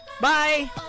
Bye